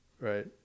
right